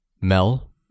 Mel